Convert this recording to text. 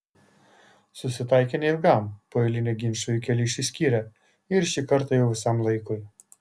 susitaikė neilgam po eilinio ginčo jų keliai išsiskyrė ir šį kartą jau visam laikui